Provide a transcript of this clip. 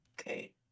Okay